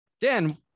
dan